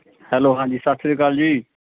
hello ਹਾਂਜੀ ਸਤਿ ਸ਼੍ਰੀ ਅਕਾਲ ਜੀ